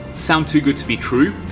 sound too good to be true?